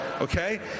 okay